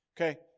Okay